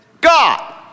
God